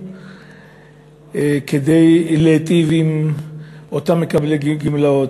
כדי להיטיב עם אותם מקבלי גמלאות.